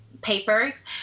papers